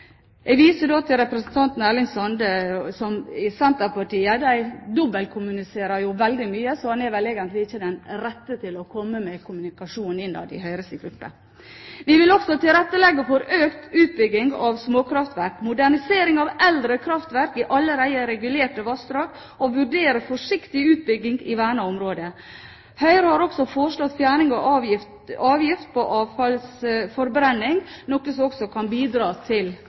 Jeg viser til representanten Erling Sande i Senterpartiet. De dobbeltkommuniserer jo veldig mye, så han er vel egentlig ikke den rette til å kommentere kommunikasjonen innad i Høyres gruppe. Vi vil også tilrettelegge for økt utbygging av småkraftverk, modernisering av eldre kraftverk i allerede regulerte vassdrag og vurdere forsiktig utbygging i vernede områder. Høyre har også foreslått fjerning av avgift på avfallsforbrenning, noe som også kan bidra til